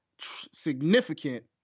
significant